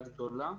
גדולה.